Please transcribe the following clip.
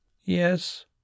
Yes